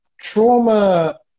trauma